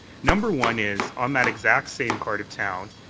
number one is on that exact same part of town,